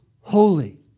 holy